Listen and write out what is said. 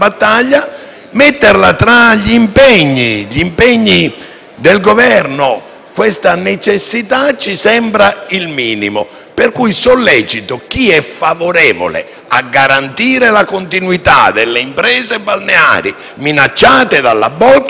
del Governo questa necessità ci sembra il minimo. Pertanto, sollecito chi è favorevole a garantire la continuità delle imprese balneari minacciate dalla Bolkenstein a votare a favore dell'emendamento 5.29.